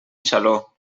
xaló